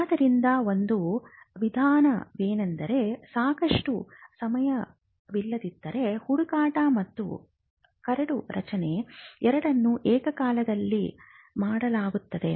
ಆದ್ದರಿಂದ ಒಂದು ವಿಧಾನವೆಂದರೆ ಸಾಕಷ್ಟು ಸಮಯವಿಲ್ಲದಿದ್ದರೆ ಹುಡುಕಾಟ ಮತ್ತು ಕರಡು ರಚನೆ ಎರಡನ್ನೂ ಏಕಕಾಲದಲ್ಲಿ ಮಾಡಲಾಗುತ್ತದೆ